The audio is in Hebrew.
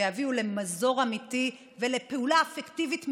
ויביאו למזור אמיתי ולפעולה אפקטיבית מיידית.